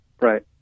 Right